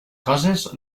coses